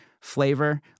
flavor